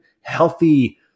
healthy